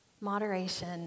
Moderation